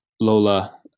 Lola